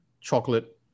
Chocolate